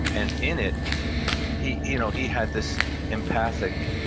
and in it he you know he had this empathic,